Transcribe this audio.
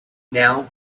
now